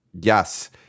Yes